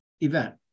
event